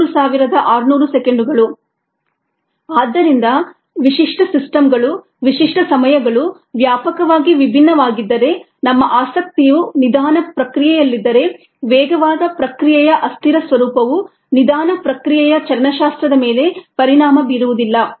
ಆದ್ದರಿಂದ ವಿಶಿಷ್ಟ ಸಿಸ್ಟಮ್ಗಳು ವಿಶಿಷ್ಟ ಸಮಯಗಳು ವ್ಯಾಪಕವಾಗಿ ವಿಭಿನ್ನವಾಗಿದ್ದರೆ ನಮ್ಮ ಆಸಕ್ತಿಯು ನಿಧಾನ ಪ್ರಕ್ರಿಯೆಯಲ್ಲಿದ್ದರೆ ವೇಗವಾದ ಪ್ರಕ್ರಿಯೆಯ ಅಸ್ಥಿರ ಸ್ವರೂಪವು ನಿಧಾನ ಪ್ರಕ್ರಿಯೆಯ ಚಲನಶಾಸ್ತ್ರದ ಮೇಲೆ ಪರಿಣಾಮ ಬೀರುವುದಿಲ್ಲ